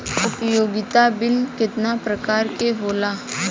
उपयोगिता बिल केतना प्रकार के होला?